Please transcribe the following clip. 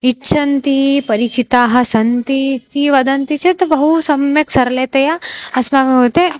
इच्छन्ति परिचिताः सन्ति इति वदन्ति चेत् बहु सम्यक् सरलतया अस्माकं कृते